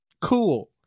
cool